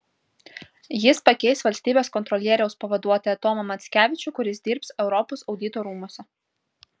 jis pakeis valstybės kontrolieriaus pavaduotoją tomą mackevičių kuris dirbs europos audito rūmuose